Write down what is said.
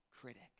critic